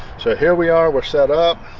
so here. we are. we're set up.